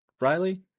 Riley